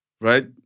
right